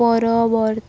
ପରବର୍ତ୍ତୀ